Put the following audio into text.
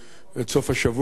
את סוף השבוע הזה,